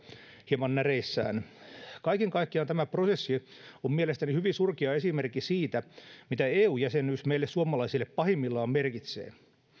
hieman näreissään kaiken kaikkiaan tämä prosessi on mielestäni hyvin surkea esimerkki siitä mitä eu jäsenyys meille suomalaisille pahimmillaan merkitsee